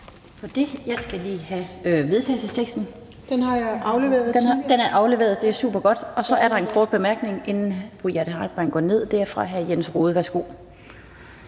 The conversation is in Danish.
Tak for det. Og vedtagelsesteksten er afleveret, ja, det er supergodt. Så er der en kort bemærkning, inden fru Jane Heitmann og går ned. Og det er fra hr. Jens Rohde. Værsgo.